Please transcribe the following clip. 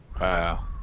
Wow